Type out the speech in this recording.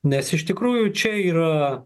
nes iš tikrųjų čia yra